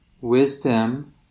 wisdom